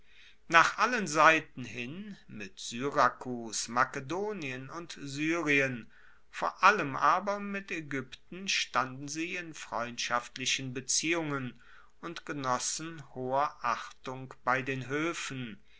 nach allen seiten hin mit syrakus makedonien und syrien vor allem aber mit aegypten standen sie in freundschaftlichen beziehungen und genossen hoher achtung bei den hoefen